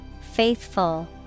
FAITHFUL